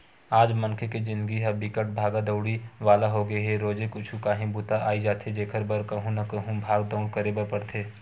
आज मनखे के जिनगी ह बिकट भागा दउड़ी वाला होगे हे रोजे कुछु काही बूता अई जाथे जेखर बर कहूँ न कहूँ भाग दउड़ करे बर परथे